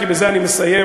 כי בזה אני מסיים,